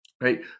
right